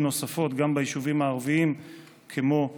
נוספות גם ביישובים ערביים כמו טמרה,